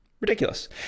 Ridiculous